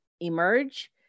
emerge